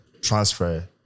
transfer